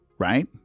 Right